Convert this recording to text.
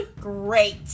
Great